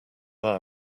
our